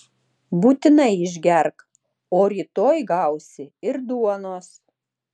būtinai išgerk o rytoj gausi ir duonos